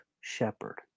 shepherd